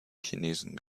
chinesen